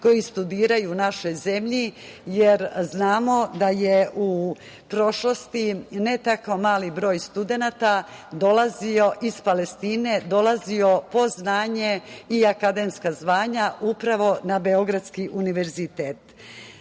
koji studiraju u našoj zemlji jer znamo da je u prošlosti ne tako mali broj studenata iz Palestine dolazio po znanje i akademska zvanja upravo na Beogradski univerzitet. Kada